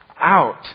out